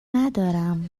ندارم